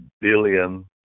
billion